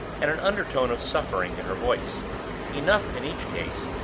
and an undertone of suffering in her voice enough, in each case,